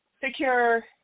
Secure